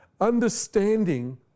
Understanding